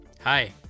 Hi